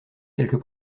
quelques